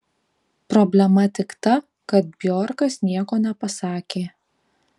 problema tik ta kad bjorkas nieko nepasakė